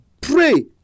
pray